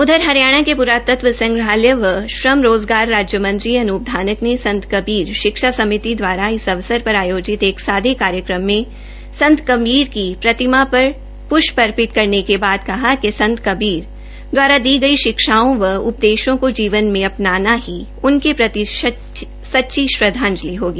उधर हरियाणा के प्रातत्व संग्रहालय एवं श्रम रोजगार राज्यमंत्री श्री अनुप धानक ने संत कबीर शिक्षा समिति दवारा इस अवसर पर आयोजित एक सादे कार्यक्रम में संत कबीर की प्रतिमा पर पृष्प अर्पित करने के बाद कहा कि संत कबीर दवारा दी गई शिक्षाओं व उपदेशों को जीवन में अपनाना ही उनके प्रति सच्ची श्रद्घांजलि होगी